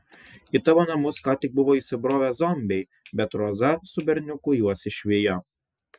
į tavo namus ką tik buvo įsibrovę zombiai bet roza su berniuku juos išvijo